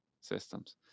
systems